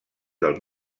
del